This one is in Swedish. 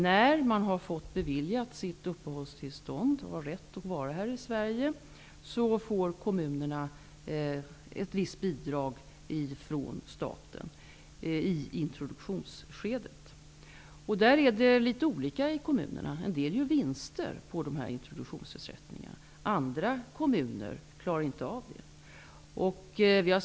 När flyktingarna fått sitt uppehållstillstånd och har rätt att vara i Sverige, får kommunerna ett visst bidrag från staten i introduktionsskedet. Det förhåller sig litet olika i kommunerna. En del kommuner gör vinster på introduktionsersättningen, medan andra kommuner inte klarar att hålla sig inom dessa ramar.